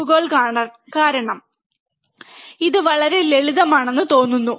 പ്രോബ്കൾ കാരണം ഇത് വളരെ ലളിതമാണെന്ന് തോന്നുന്നു